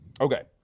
okay